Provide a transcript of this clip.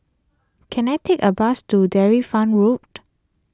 can I take a bus to Dairy Farm Road